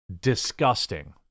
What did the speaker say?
disgusting